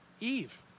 Eve